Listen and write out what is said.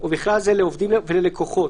ובכלל זה לעובדים וללקוחות,